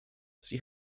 sie